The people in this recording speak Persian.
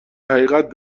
حقیقت